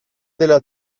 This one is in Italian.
della